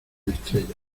estrella